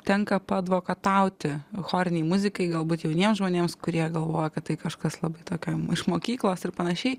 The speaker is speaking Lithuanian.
tenka paadvokatauti chorinei muzikai galbūt jauniems žmonėms kurie galvoja kad tai kažkas labai tokio iš mokyklos ir panašiai